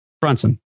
Brunson